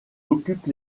occupe